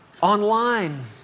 online